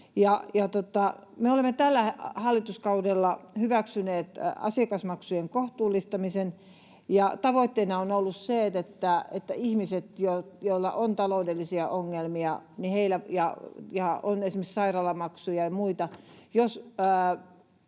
olemme tällä hallituskaudella hyväksyneet asiakasmaksujen kohtuullistamisen, ja tavoitteena on ollut tämän lainsäädännön osalta se, että kun ihmiset, joilla on taloudellisia ongelmia ja on esimerkiksi sairaalamaksuja ja muita